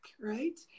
right